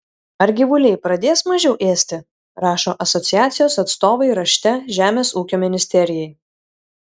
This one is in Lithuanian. ar gyvuliai pradės mažiau ėsti rašo asociacijos atstovai rašte žemės ūkio ministerijai